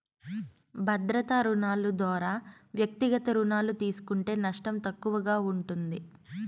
భద్రతా రుణాలు దోరా వ్యక్తిగత రుణాలు తీస్కుంటే నష్టం తక్కువగా ఉంటుంది